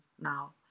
now